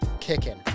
kicking